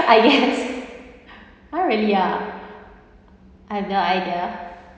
I guess ah really ah I have no idea